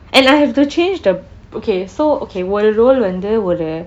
and I have to change the okay so okay ஒரு:oru roll வந்து:vanthu